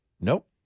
Nope